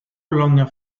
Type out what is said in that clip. longer